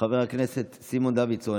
חבר הכנסת סימון דוידסון,